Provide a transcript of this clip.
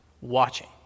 watching